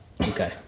Okay